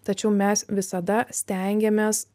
tačiau mes visada stengiamės